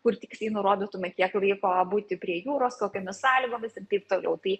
kur tiksliai nurodytume kiek laiko būti prie jūros kokiomis sąlygomis ir taip toliau tai